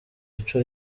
ico